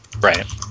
Right